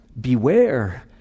Beware